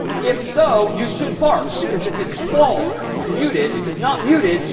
if so, you should bark, because if it's false muted, if it's not muted,